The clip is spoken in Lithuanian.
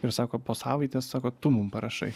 ir sako po savaitės sako tu mum parašai